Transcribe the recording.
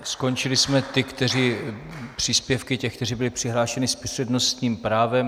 Skončili jsme příspěvky těch, kteří byli přihlášeni s přednostním právem.